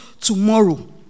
tomorrow